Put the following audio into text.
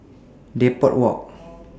Depot Walk